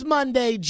Monday